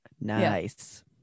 Nice